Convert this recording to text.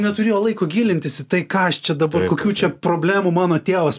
neturėjo laiko gilintis į tai ką aš čia dabar kokių čia problemų mano tėvas